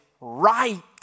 right